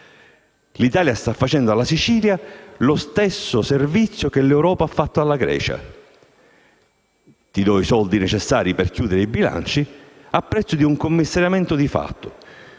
L'Italia sta facendo alla Sicilia lo stesso servizio che l'Europa ha fatto alla Grecia - ti do i soldi necessari per chiudere i bilanci, al prezzo di un commissariamento di fatto